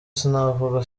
sinavuga